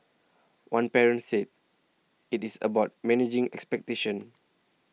one parent said it is about managing expectations